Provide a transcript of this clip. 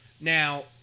Now